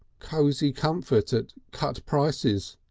cosy comfort at cut prices,